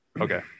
okay